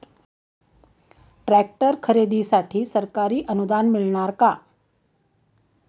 Tractor खरेदीसाठी सरकारी अनुदान मिळणार का?